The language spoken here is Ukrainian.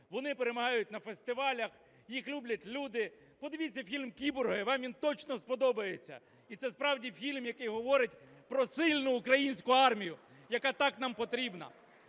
вони перемагають на фестивалях, їх люблять люди. Подивіться фільм "Кіборги", вам він точно сподобається. І це справді фільм, який говорить про сильну українську армію, яка так нам потрібна.